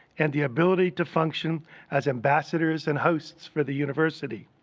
and the ability to function as ambassadors and hosts for the university.